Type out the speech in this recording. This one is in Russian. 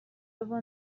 его